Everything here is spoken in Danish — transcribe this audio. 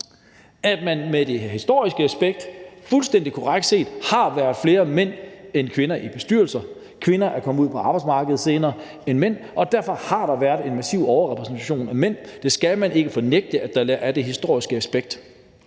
at der set i et historisk perspektiv – det er fuldstændig korrekt set – har været flere mænd end kvinder i bestyrelser. Kvinder er kommet ud på arbejdsmarkedet senere end mænd, og derfor har der været en massiv overrepræsentation af mænd. Man skal ikke fornægte, at der er det historiske aspekt.